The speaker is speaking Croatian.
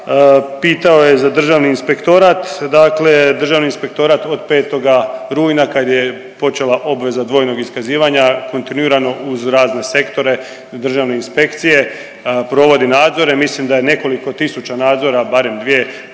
Pitao je za državni inspektorat, dakle državni inspektorat od 5. rujna kad je počela obveza dvojnog iskazivanja kontinuirano uz razne sektore državne inspekcije provodi nadzore. Mislim da je nekoliko tisuća nadzora, barem dvije